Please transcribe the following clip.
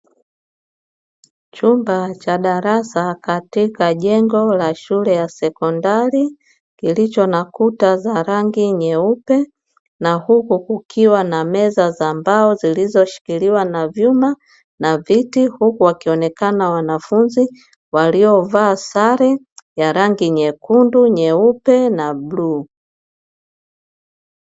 Chumba cha darasa katika jengo la shule ya sekondari kilicho na kuta za rangi nyeupe na huku kukiwa na meza za mbao zilizoshikiliwa na vyuma na viti, huku wakionekana wanafunzi waliovaa sare ya rangi nyekundu, nyeupe na bluu.